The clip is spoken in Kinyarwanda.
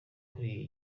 kuri